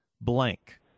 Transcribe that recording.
blank